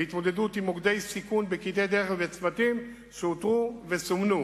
להתמודדות עם מוקדי סיכון בקטעי דרך ובצמתים שאותרו וסומנו.